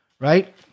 right